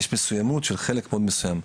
יש מסוימות של חלק מאוד מסוים.